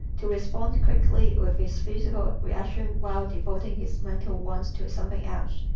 to respond quickly with his physical reactions while devoting his mental ones to something else,